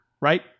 right